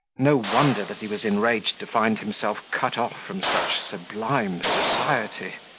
no wonder that he was enraged to find himself cut off from such sublime society.